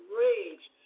rage